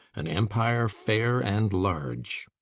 an empire fair and large.